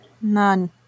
None